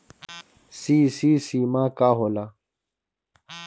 CC सीमा का होला?